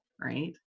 right